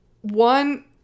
One